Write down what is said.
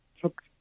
took